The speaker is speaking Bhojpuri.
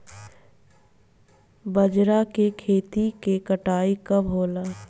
बजरा के खेती के कटाई कब होला?